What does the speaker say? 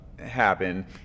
happen